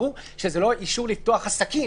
ברור שזה לא אישור לפתוח עסקים,